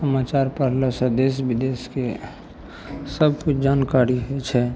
समाचार पढ़लासॅं देश बिदेशके सबकिछु जानकारी होइ छै